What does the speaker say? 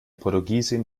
portugiesin